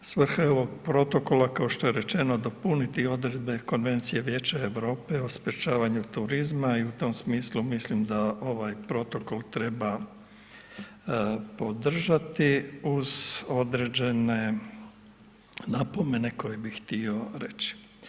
Svrha je ovog protoka kao što je rečeno dopuniti odredbe Konvencije Vijeća Europe o sprječavanju terorizma i u tom smislu mislim da ovaj protokol treba podržati uz određene napomene koje bi htio reći.